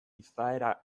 izaera